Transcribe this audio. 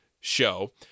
show